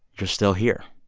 you're still here.